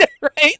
right